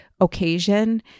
occasion